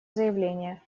заявление